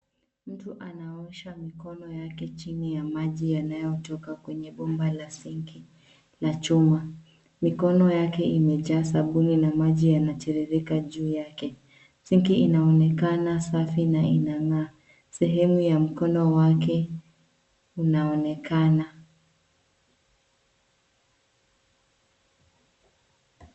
Mtu anaosha mikono yake chini ya maji yanayotoka kwenye bomba la sinki la chuma. Mikono yake imejaa sabuni na maji yanatiririka juu yake. Sinki inaonekana safi na inang'aa. Sehemu ya mkono wake unaonekana.